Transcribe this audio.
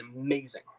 amazing